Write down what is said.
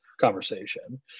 conversation